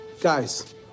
Guys